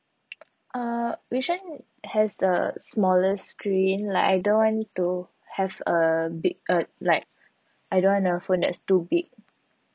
uh which one has the smallest screen like I don't want to have a big uh like I don't want a phone that's too big